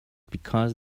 because